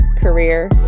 career